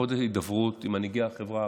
חוסר הידברות עם מנהיגי החברה הערבית,